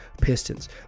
Pistons